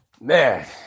Man